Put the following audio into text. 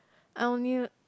I only